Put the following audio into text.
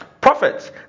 Prophets